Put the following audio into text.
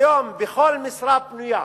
כיום על כל משרה פנויה